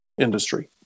industry